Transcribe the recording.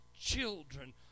children